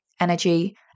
energy